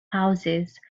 houses